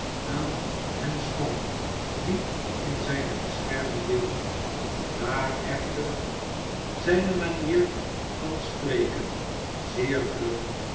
aan hen schonk die in zijne bescherming deelden daar echter zijne manier van spreken zeer vlug